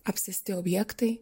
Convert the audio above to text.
apsėsti objektai